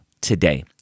today